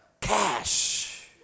Cash